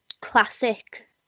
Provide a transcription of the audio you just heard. classic